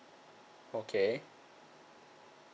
okay